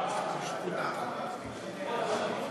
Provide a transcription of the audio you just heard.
להעביר